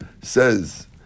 says